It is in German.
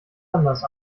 anders